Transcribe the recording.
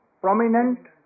prominent